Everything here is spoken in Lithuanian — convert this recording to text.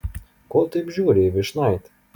ko taip žiūri į vyšnaitę